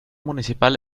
municipal